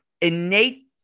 innate